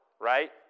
right